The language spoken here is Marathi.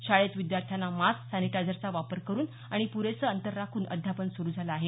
शाळेत विद्यार्थ्यांना मास्क सॅनिटायझरचा वापर करून आणि पुरेसे अंतर राखून अध्यापन सुरू झालं आहे